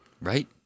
Right